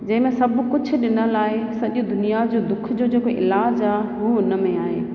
जंहिं में सभु कुझु ॾिनलु आहे सॼी दुनिया जो दुख जो जेको इलाजु आहे हू उनमें आहे